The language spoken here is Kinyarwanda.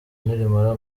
nirimara